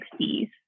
1960s